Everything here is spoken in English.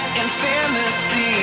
infinity